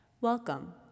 Welcome